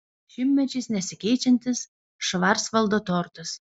šimtmečiais nesikeičiantis švarcvaldo tortas